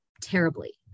terribly